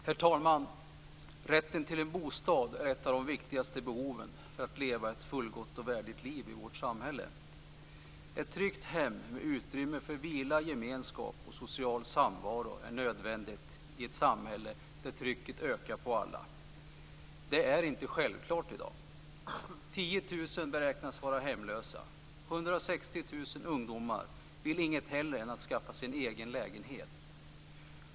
Herr talman! Behovet av en bostad är ett av de viktigaste behoven för att leva ett fullgott och värdigt liv i vårt samhälle. Ett tryggt hem med utrymme för vila, gemenskap och social samvaro är nödvändigt i ett samhälle där trycket ökar på alla. Rätten till en bostad är i dag inte självklar. 10 000 personer beräknas vara hemlösa. 160 000 ungdomar vill inget hellre än att skaffa sig en egen lägenhet.